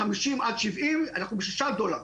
50 עד 70 אנחנו ב-6 דולר.